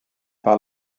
par